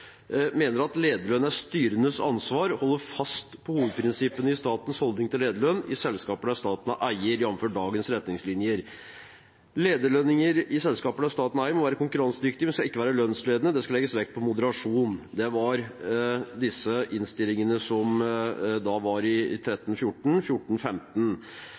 mener at lederlønn er styrenes ansvar og holder fast på hovedprinsippene i statens holdning til lederlønn i selskaper der staten er eier, jf. dagens retningslinjer. Lederlønninger i selskaper der staten er eier må være konkurransedyktige, men skal ikke være lønnsledende. Det skal legges vekt på moderasjon.» De tre ansvarlige statsrådene har alle gitt sine vurderinger av forslaget om tak på lederlønninger i